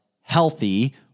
healthy